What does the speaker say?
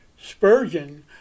Spurgeon